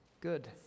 good